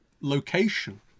location